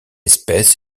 espèce